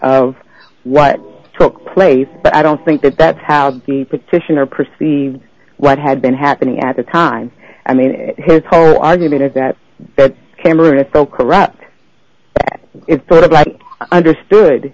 of what took place but i don't think that that's how the petitioner perceived what had been happening at the time i mean his whole argument is that cameron is so corrupt that it's sort of like understood